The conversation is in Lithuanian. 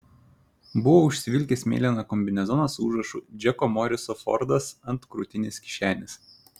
buvo užsivilkęs mėlyną kombinezoną su užrašu džeko moriso fordas ant krūtinės kišenės